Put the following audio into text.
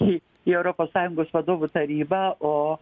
į į europos sąjungos vadovų tarybą o